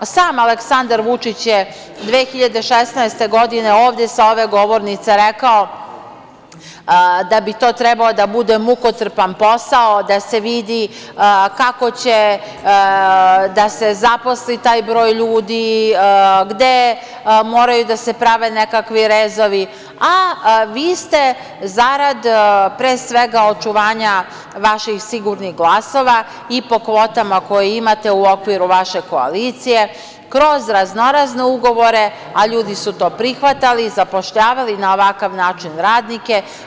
Sam Aleksandar Vučić je 2016. godine ovde, sa ove govornice, rekao da bi to trebao da bude mukotrpan posao, da se vidi kako će da se zaposli taj broj ljudi, gde moraju da se prave nekakvi rezovi, a vi ste zarad, pre svega, očuvanja vaših sigurnih glasova i po kvotama koje imate u okviru vaše koalicije, kroz raznorazne ugovore, a ljudi su to prihvatali, zapošljavali na ovakav način radnike.